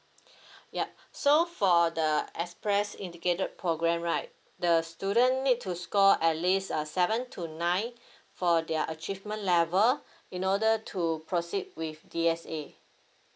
ya so for the express indicated program right the student need to score at least uh seven to nine for their achievement level in order to proceed with D_S_A